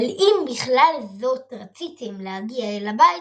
אבל אם בכל זאת רציתם להגיע אל הבית